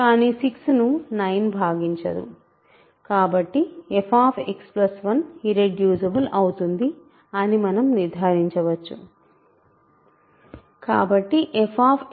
కాబట్టి fX1 irreducible అవుతుంది అని మనం నిర్ధారించవచ్చు